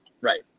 Right